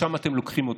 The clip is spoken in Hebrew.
לשם אתם לוקחים אותנו.